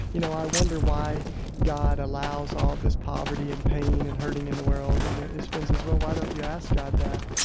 you know, i wonder why god allows all this poverty and pain and hurting in the world? and his friend says, well, why don't you ask god that?